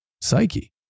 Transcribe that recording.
psyche